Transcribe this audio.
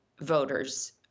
voters